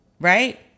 right